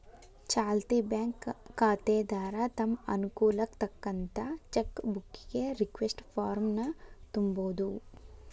ಚಾಲ್ತಿ ಬ್ಯಾಂಕ್ ಖಾತೆದಾರ ತಮ್ ಅನುಕೂಲಕ್ಕ್ ತಕ್ಕಂತ ಚೆಕ್ ಬುಕ್ಕಿಗಿ ರಿಕ್ವೆಸ್ಟ್ ಫಾರ್ಮ್ನ ತುಂಬೋದು